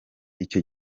icyo